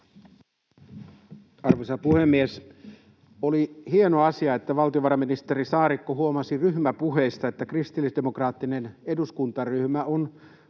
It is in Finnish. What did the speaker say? Arvoisa puhemies! Oli hieno asia, että valtiovarainministeri Saarikko huomasi ryhmäpuheista, että kristillisdemokraattinen eduskuntaryhmä on huolissaan